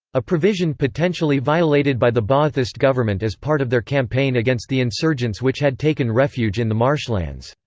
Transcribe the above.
a provision potentially violated by the ba'athist government as part of their campaign against the insurgents which had taken refuge in the marshlands.